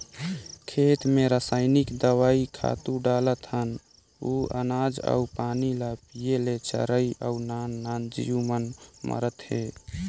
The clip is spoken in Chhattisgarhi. खेत मे रसइनिक दवई, खातू डालत हन ओ अनाज अउ पानी ल पिये ले चरई अउ नान नान जीव मन मरत हे